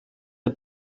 der